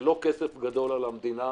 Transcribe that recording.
זה לא כסף גדול על המדינה.